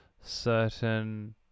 certain